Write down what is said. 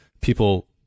people